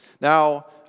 Now